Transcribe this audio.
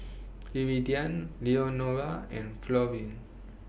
Iridian Leonora and Florine